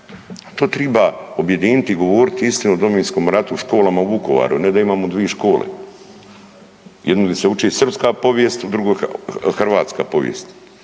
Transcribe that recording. to triba objediniti i govoriti istinu o Domovinskom radu školama u Vukovaru, ne da imamo dvi škole. Jednu gdje se ući srpska povijest, u drugoj hrvatska povijest.